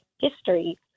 history